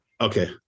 Okay